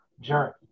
journey